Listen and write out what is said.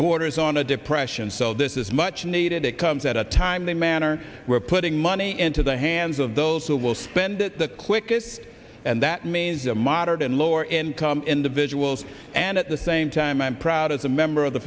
borders on a depression so this is much needed it comes at a timely manner we're putting money into the hands of those who will spend it the quickest and that means the moderate and lower income individuals and at the same time i'm proud as a member of the